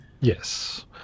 Yes